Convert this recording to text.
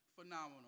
Phenomenal